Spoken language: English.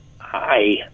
Hi